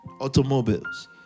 Automobiles